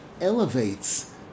elevates